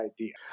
idea